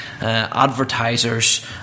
advertisers